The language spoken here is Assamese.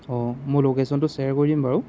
অঁ মোৰ লোকেশ্যনটো শ্বেয়াৰ কৰি দিম বাৰু